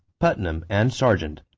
putnam, and sargent,